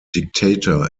dictator